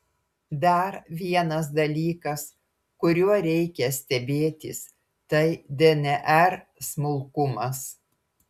dar vienas dalykas kuriuo reikia stebėtis tai dnr smulkumas